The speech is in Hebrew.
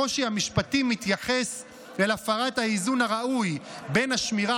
הקושי המשפטי מתייחס אל הפרת האיזון הראוי בין השמירה